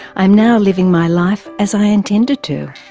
i'm now living my life as i intended to.